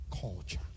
culture